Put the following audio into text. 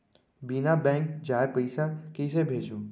बिना बैंक जाये पइसा कइसे भेजहूँ?